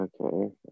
Okay